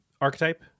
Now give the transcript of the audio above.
archetype